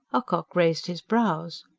ocock raised his brows.